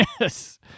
Yes